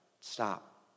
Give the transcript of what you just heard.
stop